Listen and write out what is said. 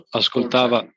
ascoltava